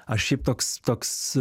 aš šiaip toks toks